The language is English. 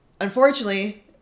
Unfortunately